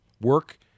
work